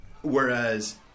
whereas